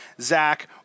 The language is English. Zach